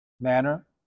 manner